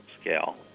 scale